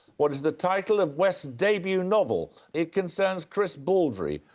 what is the title of west's debut novel? it concerns chris baldry,